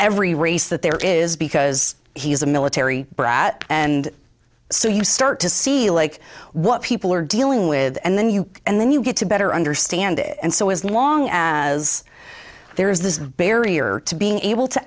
every race that there is because he is a military brat and so you start to see like what people are dealing with and then you and then you get to better understand it and so as long as there is this barrier to being able to